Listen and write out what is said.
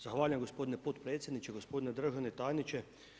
Zahvaljujem gospodine potpredsjedniče, gospodine držani tajniče.